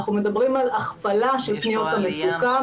אנחנו מדברים על הכפלה של פניות המצוקה,